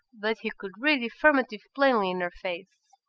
but he could read the affirmative plainly in her face.